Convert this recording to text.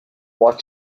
what